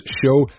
show